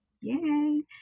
Yay